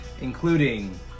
including